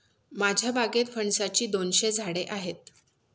माझ्या बागेत फणसाची दोनशे झाडे आहेत